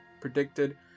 predicted